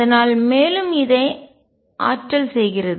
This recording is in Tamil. அதனால் மேலும் இதை ஆற்றல் செய்கிறது